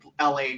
LA